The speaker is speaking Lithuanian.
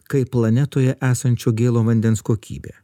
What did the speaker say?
kaip planetoje esančio gėlo vandens kokybė